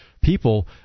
people